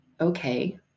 Okay